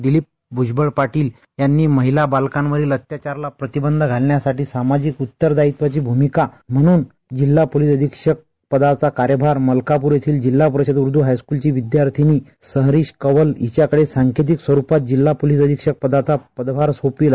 दिलीप भूजबळ पाटील यांनी महिला व बालकांवरील अत्याचाराला प्रतिबंध घालण्यासाठी सामाजिक उतरदायित्वाची भूमिका म्हणून जिल्हयातील मलकापूर येथील जिल्हा परिषद उर्द् हायस्कूलची विदयार्थीनी सहरिश कंवल हिच्याकडे सांकेतिक स्वरूपात जिल्हा पोलीस अधिक्षक पदाचा पदभार सोपविला